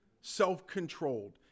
Self-controlled